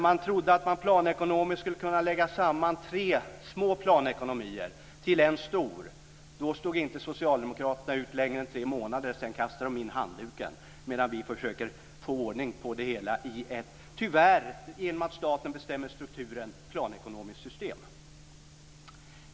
Man trodde att man skulle kunna lägga samman tre små planekonomier till en stor. Socialdemokraterna stod inte ut längre än tre månader, då de kastade in handduken. Vi försöker få ordning på det hela, tyvärr - eftersom staten bestämmer strukturen - i ett planekonomiskt system.